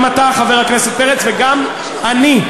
גם אתה, חבר הכנסת פרץ, וגם אני.